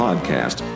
Podcast